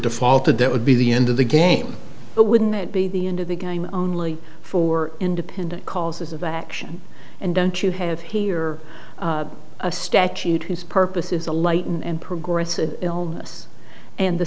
defaulted that would be the end of the game but wouldn't that be the end of the game only for independent causes of action and don't you have here a statute whose purpose is a light and progressive illness and the